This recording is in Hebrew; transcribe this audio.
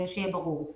שיהיה ברור.